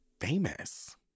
famous